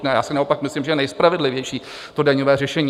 Já si naopak myslím, že je nejspravedlivější, to daňové řešení.